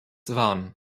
wahren